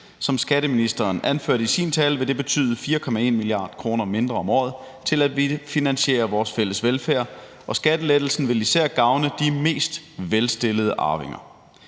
Som skatteministeren anførte i sin tale, vil det betyde 4,9 mia. kr. mindre om året til at finansiere vores fælles velfærd, og skattelettelsen vil især gavne de mest velstillede arvinger.